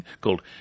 called